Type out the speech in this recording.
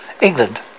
England